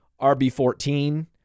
RB14